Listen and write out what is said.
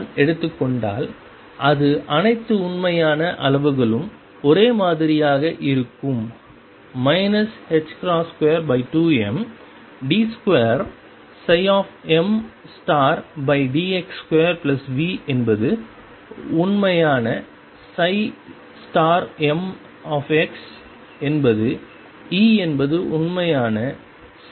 நான் எடுத்துக்கொண்டால் அது அனைத்து உண்மையான அளவுகளும் ஒரே மாதிரியாக இருக்கும் 22md2m dx2V என்பது உண்மையான mx என்பது E என்பது உண்மையான m